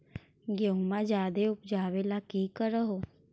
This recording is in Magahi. गेहुमा ज्यादा उपजाबे ला की कर हो?